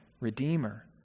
redeemer